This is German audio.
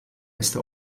äste